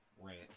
rant